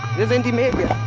in the media